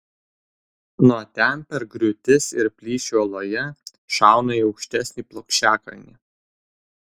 nuo ten per griūtis ir plyšį uoloje šauna į aukštesnį plokščiakalnį